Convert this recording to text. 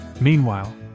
Meanwhile